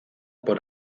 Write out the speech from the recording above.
por